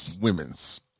Women's